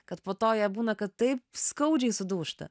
kad po to jie būna kad taip skaudžiai sudūžta